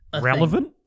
Relevant